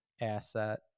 asset